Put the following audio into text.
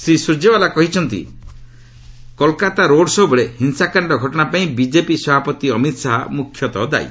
ଶ୍ରୀ ସୂରକେଓ୍ୱାଲା କହିଛନ୍ତି କଲ୍କାତା ରୋଡ୍ ଶୋ'ବେଳେ ହିଂସାକାଣ୍ଡ ଘଟଣାପାଇଁ ବିଜେପି ସଭାପତି ଅମିତ୍ ଶାହା ମୁଖ୍ୟତଃ ଦାୟୀ